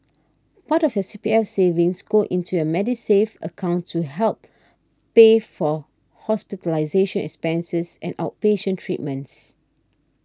part of your C P S savings go into your Medisave account to help pay for hospitalization expenses and outpatient treatments